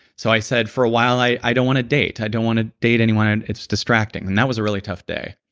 so i said for a while, i i don't want to date. i don't want to date anyone. it's distracting. and that was a really tough day.